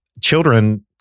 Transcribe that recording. children